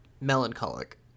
melancholic